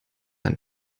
ein